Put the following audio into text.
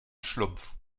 schlumpf